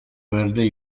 verde